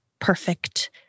perfect